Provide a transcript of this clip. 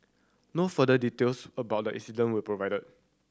no further details about the incident were provided